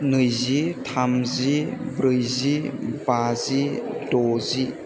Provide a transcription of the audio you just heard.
नैजि थामजि ब्रैजि बाजि द'जि